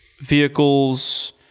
vehicles